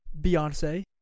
Beyonce